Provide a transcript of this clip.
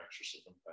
exorcism